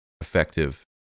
effective